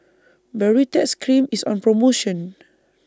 Baritex Cream IS on promotion